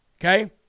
Okay